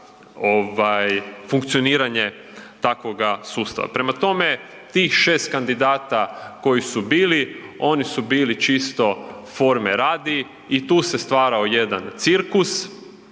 funkcioniranje takvoga sustava. Prema tome, tih 6 kandidata koji su bili, oni su bili čisto forme radi i tu se stvarao jedan cirkus.